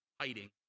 hiding